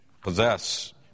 Possess